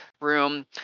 room